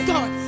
God